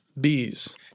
bees